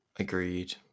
agreed